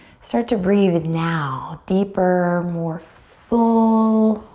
start to breathe in now, deeper, more full